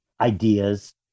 ideas